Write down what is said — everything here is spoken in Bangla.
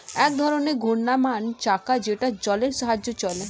এক ধরনের ঘূর্ণায়মান চাকা যেটা জলের সাহায্যে চলে